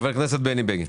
חה"כ בני בגין.